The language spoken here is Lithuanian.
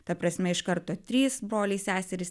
ta prasme iš karto trys broliai seserys